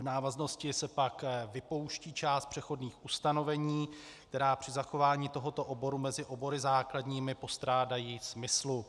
V návaznosti se pak vypouští část přechodných ustanovení, která při zachování tohoto oboru mezi obory základními postrádají smyslu.